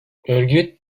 örgüt